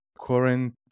current